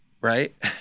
right